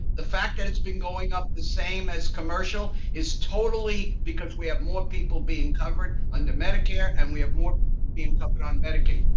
the fact that it's been going up the same as commercial is totally because we have more people being covered under medicare. and we have more people being covered on medicaid.